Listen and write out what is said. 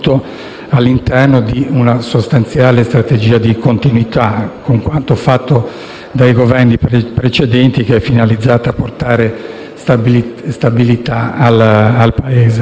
all'interno di una sostanziale strategia di continuità con quanto fatto dai Governi precedenti, finalizzata a portare stabilità al Paese.